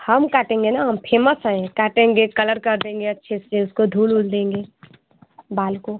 हम काटेंगे ना हम फेमस हैं काटेंगे कलर कर देंगे अच्छे से उसको धुल उल देंगे बाल को